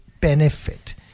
benefit